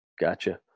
gotcha